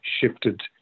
shifted